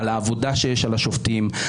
על העבודה שיש לשופטים,